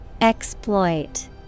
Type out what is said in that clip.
Exploit